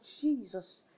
Jesus